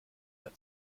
mehr